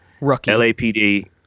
LAPD